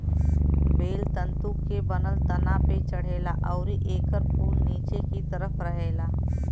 बेल तंतु के बनल तना पे चढ़ेला अउरी एकर फूल निचे की तरफ रहेला